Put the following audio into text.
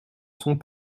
sont